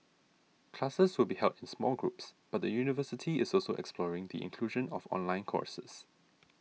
classes will be held in small groups but the university is also exploring the inclusion of online courses